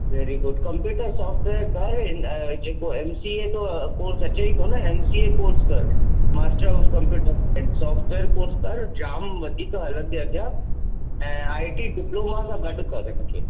very good computer software कर जेको M C A course अचे ई थो न एम सी ए कोर्स कर master of computer science software course कर जाम वधीक हलंदुइ अॻयां ऐं आइ टी डिप्लोमा सां गॾु कर हिनखे